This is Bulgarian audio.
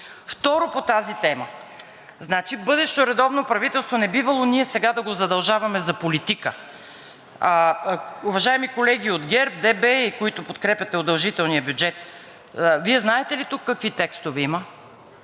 Второ, по тази тема. Бъдещо редовно правителство не бивало ние сега да го задължаваме за политика. Уважаеми колеги от ГЕРБ, ДБ, които подкрепяте удължителния бюджет, Вие знаете ли тук какви текстове има?